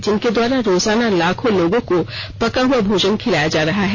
जिनके द्वारा रोजाना लाखों लोगों को पका हुआ भोजन कराया जा रहा है